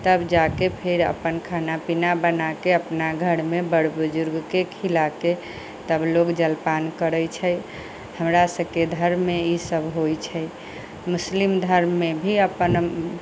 तब जाके फेर अपन खाना पीना बनाके अपना घर मे बड़ बुजुर्ग के खिला के तब लोग जलपान करै छै हमरा सबके धर्म मे इसब होइ छै मुस्लिम धर्म मे भी अपन